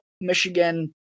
Michigan